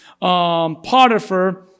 Potiphar